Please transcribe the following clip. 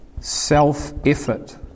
self-effort